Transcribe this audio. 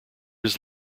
his